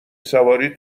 سواری